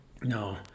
No